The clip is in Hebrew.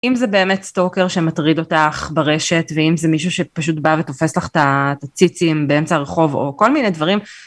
אם זה באמת סטוקר שמטריד אותך ברשת ואם זה מישהו שפשוט בא ותופס לך את הציצים באמצע הרחוב או כל מיני דברים.